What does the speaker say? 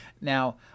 Now